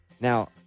Now